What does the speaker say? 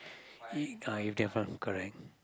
it uh if they have not correct